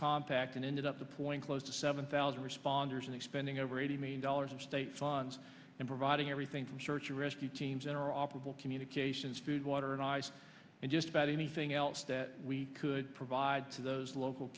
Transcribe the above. compact and ended up the point close to seven thousand responders and spending over eighty million dollars in state funds and providing everything from search and rescue teams enter operable communications food water and ice and just about anything else that we could provide to those local